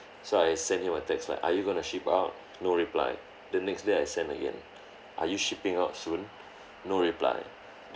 so I sent him a text like are you going to ship out no reply the next day I send again are you shipping out soon no reply